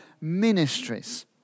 ministries